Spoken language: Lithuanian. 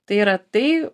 tai yra tai